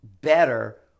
better